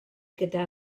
gyda